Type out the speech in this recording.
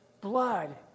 blood